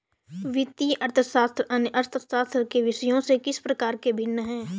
वित्तीय अर्थशास्त्र अन्य अर्थशास्त्र के विषयों से किस प्रकार भिन्न है?